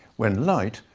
when light,